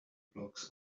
blocks